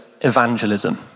evangelism